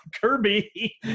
Kirby